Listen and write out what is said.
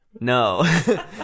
no